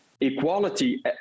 equality